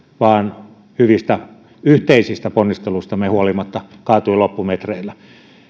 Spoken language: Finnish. vaan hyvistä yhteisistä ponnisteluistamme huolimatta kaatui loppumetreillä